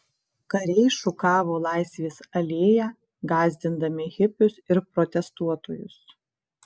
kariai šukavo laisvės alėją gąsdindami hipius ir protestuotojus